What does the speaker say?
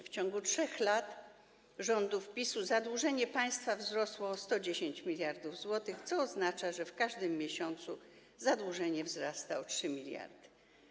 W ciągu 3 lat rządów PiS-u zadłużenie państwa wzrosło o 110 mld zł, co oznacza, że w każdym miesiącu zadłużenie wzrasta o 3 mld.